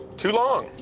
too long.